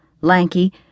lanky